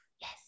yes